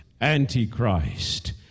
Antichrist